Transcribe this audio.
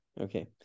Okay